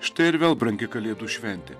štai ir vėl brangi kalėdų šventė